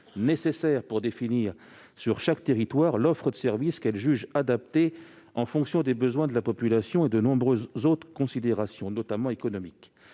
nécessaire pour définir sur chaque territoire l'offre de service qu'elles jugent adaptée en fonction des besoins de la population et de nombreuses autres considérations, notamment économiques.